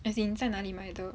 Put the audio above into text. as in 在哪里买的